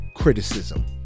Criticism